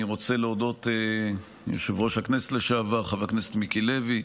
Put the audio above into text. אני רוצה להודות ליושב-ראש הכנסת לשעבר חבר הכנסת מיקי לוי,